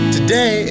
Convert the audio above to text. Today